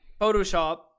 Photoshop